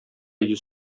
йөз